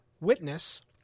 Witness